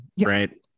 Right